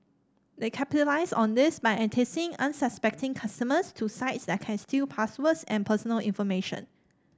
they capitalise on this by enticing unsuspecting consumers to sites that can steal passwords and personal information